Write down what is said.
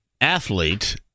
athlete